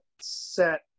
set